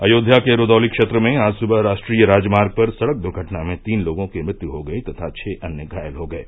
अयोध्या के रूदौली क्षेत्र में आज सुबह राष्ट्रीय राजमार्ग पर सड़क दुर्घटना में तीन लोगों की मृत्यु हो गयी तथा छ अन्य घायल हो गये